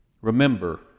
Remember